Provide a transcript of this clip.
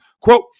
Quote